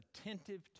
attentive